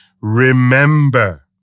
remember